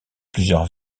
plusieurs